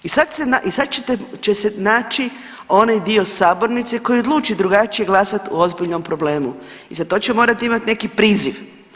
I sad se na, i sad će se naći onaj dio sabornice koji odluči drugačije glasat o ozbiljnom problemu i za to će morati imati neki priziv.